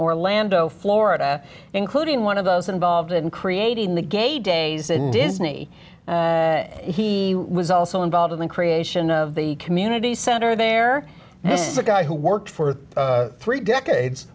orlando florida including one of those involved in creating the gay days in disney he was also involved in the creation of the community center there this is a guy who worked for three decades